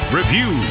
review